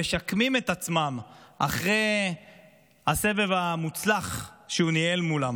שהם משקמים את עצמם אחרי הסבב המוצלח שהוא ניהל מולם.